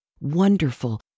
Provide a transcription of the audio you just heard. wonderful